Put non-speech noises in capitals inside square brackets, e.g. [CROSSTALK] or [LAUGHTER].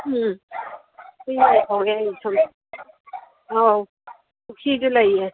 [UNINTELLIGIBLE] ꯑꯧ ꯄꯨꯈꯤꯁꯨ ꯂꯩꯌꯦ